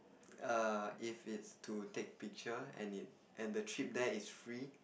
err if it's to take picture and it and the trip there is free